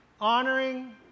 Honoring